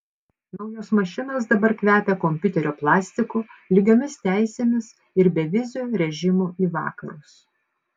naujos mašinos dabar kvepia kompiuterio plastiku lygiomis teisėmis ir beviziu režimu į vakarus